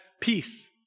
peace